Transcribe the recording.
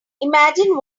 imagine